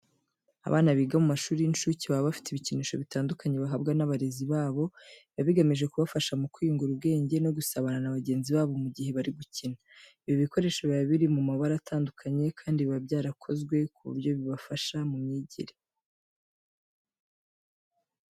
Abana biga mu mashuri y'incuke baba bafite ibikinisho bitandukanye bahabwa n'abarezi babo, biba bigamije kubafasha mu kwiyungura ubwege no gusabana na bagenzi babo mu gihe bari gukina. Ibi bikinisho biba biri mu mabara atandukanye kandi biba byarakozwe ku buryo bibafasha mu myigire.